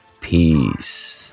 Peace